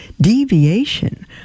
deviation